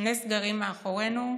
שני סגרים מאחורינו,